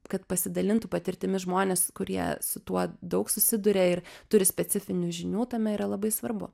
kad pasidalintų patirtimi žmonės kurie su tuo daug susiduria ir turi specifinių žinių tame yra labai svarbu